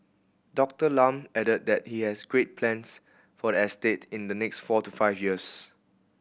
Doctor Lam added that he has great plans for the estate in the next four to five years